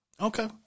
Okay